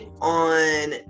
on